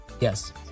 yes